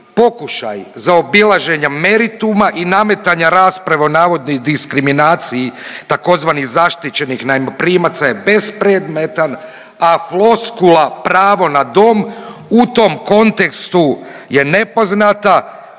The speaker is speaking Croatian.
pokušaj zaobilaženja merituma i namatanja rasprave o navodnoj diskriminaciji tzv. zaštićenih najmoprimaca je bespredmetan, a floskula pravo na dom u tom kontekstu je nepoznata